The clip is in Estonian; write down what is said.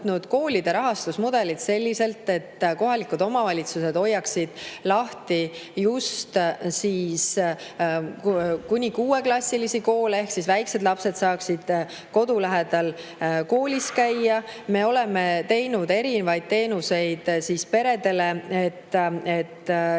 koolide rahastamise mudelit selliselt, et kohalikud omavalitsused hoiaksid lahti just kuni 6‑klassilisi koole ehk et väikesed lapsed saaksid kodu lähedal koolis käia. Me oleme teinud erinevaid teenuseid peredele, et